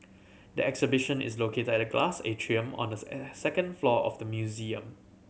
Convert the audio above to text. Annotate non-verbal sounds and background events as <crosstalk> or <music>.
the exhibition is located at a glass atrium on the <unintelligible> second level of the museum